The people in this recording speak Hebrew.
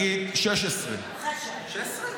2016 --- 2016?